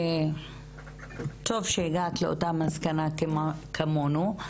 טוב שהגעת לאותה מסקנה כמונו,